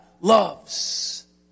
loves